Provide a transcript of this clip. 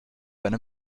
deine